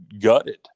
gutted